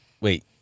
wait